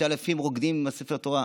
שאלפים רוקדים עם ספר התורה.